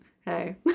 hey